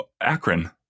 Akron